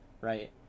right